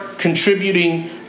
contributing